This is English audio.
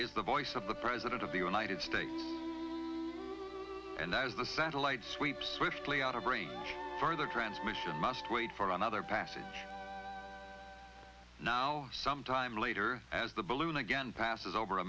is the voice of the president of the united states and that is the satellites sweep swiftly on a brief further transmission must wait for another passage now some time later as the balloon again passes over